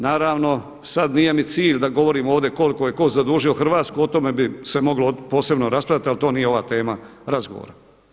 Naravno sada nije mi cilj da govorim ovdje koliko je tko zadužio Hrvatsku o tome bi se moglo posebno raspravljati ali to nije ova tema razgovora.